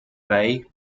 bay